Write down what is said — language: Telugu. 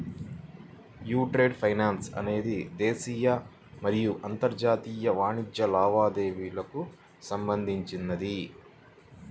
యీ ట్రేడ్ ఫైనాన్స్ అనేది దేశీయ మరియు అంతర్జాతీయ వాణిజ్య లావాదేవీలకు సంబంధించినది